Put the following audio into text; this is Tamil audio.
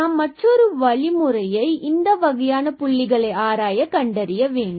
நாம் மற்றொரு வழிமுறையை இந்த வகையான புள்ளிகளை ஆராய கண்டறிய வேண்டும்